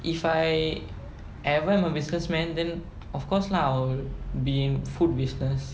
if I ever am a businessman then of course lah I'll be in food business